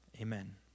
Amen